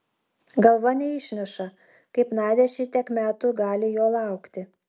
galva neišneša kaip nadia šitiek metų gali jo laukti